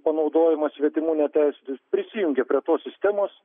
panaudojimas svetimų neteisėtai prisijungė prie tos sistemos